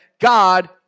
God